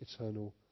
eternal